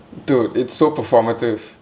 dude it's so performative